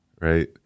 right